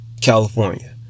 California